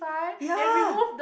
ya